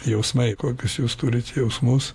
jausmai kokius jūs turit jausmus